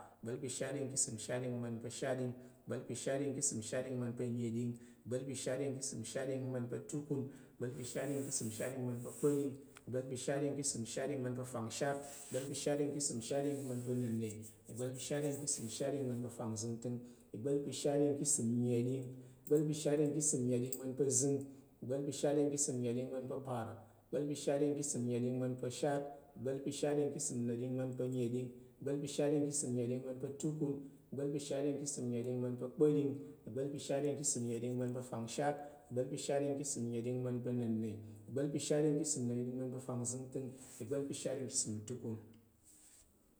Ìgba̱l pa̱ shatɗing ká̱ ìsəm shatɗing ama̱n pa̱ shatɗing, ìgba̱l pa̱ shatɗing ká̱ ìsəm shatɗing ama̱n pa̱ neɗing, ìgba̱l pa̱ shatɗing ká̱ ìsəm shatɗing ama̱n pa̱ tukun, ìgba̱l pa̱ shatɗing ká̱ ìsəm shatɗing ama̱n pa̱ kpa̱ɗing, ìgba̱l pa̱ shatɗing ká̱ ìsəm shatɗing ama̱n pa̱ fanshat, ìgba̱l pa̱ shatɗing ká̱ ìsəm shatɗing ama̱n pa̱ nenne, ìgba̱l pa̱ shatɗing ká̱ ìsəm shatɗing ama̱n pa̱ fanfzəngtəng, ìgba̱l pa̱ shatɗing ká̱ ìsəm nnəɗing, ìgba̱l pa̱ shatɗing ká̱ ìsəm nnəɗing zəng, ìgba̱l pa̱ shatɗing ká̱ ìsəm nnəɗing ama̱n pa̱ apar, ìgba̱l pa̱ shatɗing ká̱ ìsəm nnəɗing ama̱n ashatding ìgba̱l pa̱ shatɗing ká̱ ìsəm nnəɗing aman pa̱ tukun, ìgba̱l pa̱ shatɗing ká̱ ìsəm nnəɗing ama̱n pa̱ kpa̱ɗing, ìgba̱l pa̱ shatɗing ká̱ ìsəm nnəɗing ama̱n pa̱ fangshat, ìgba̱l pa̱ shatɗing ká̱ ìsəm nnəɗing ama̱n pa̱ na̱nnìgba̱l pa̱ shatɗing ká̱ ìsəm nnəɗing ama̱n pa̱ fangzəngtəng, ìgba̱l pa̱ shatɗing ká̱ ìsəm tukun.